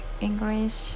English